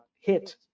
hit